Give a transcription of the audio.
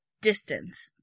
Distance